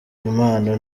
impano